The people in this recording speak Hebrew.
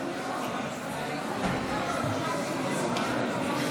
כבוד היושב-ראש,